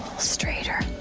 straighter.